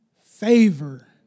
favor